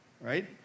right